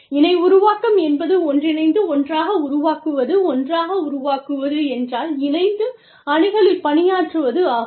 இணை உருவாக்கம் என்பது ஒன்றிணைந்து ஒன்றாக உருவாக்குவது ஒன்றாக உருவாக்குவது என்றால் இணைந்து அணிகளில் பணியாற்றுவது ஆகும்